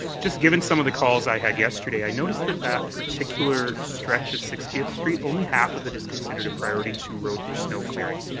just given some of the calls i had yesterday, i notice that that particular stretch of sixtieth street, only half of it is considered a priority two road for snow-clearing.